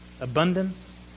abundance